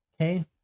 okay